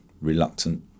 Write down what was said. reluctant